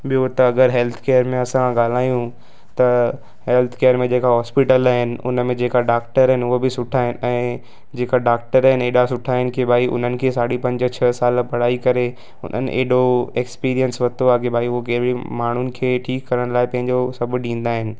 ॿियों त अगरि हैल्थ केयर में असां ॻाल्हायूं त हैल्थ केयर में जेका हॉस्पिटल आहिनि हिन में जेका डाक्टर आहिनि उहो बि सुठा आहिनि ऐं जेका डाक्टर आहिनि हेॾा सुठा आहिनि की भाई उन्हनि खे साढी पंज छह साल पढ़ाई करे उन्हनि हेॾो एक्सपीरियंस वरितो आहे की भाई उहो कंहिं बि माण्हुनि खे ठीकु करण लाइ पंहिंजो सभु ॾींदा आहिनि